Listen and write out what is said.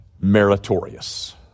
meritorious